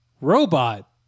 robot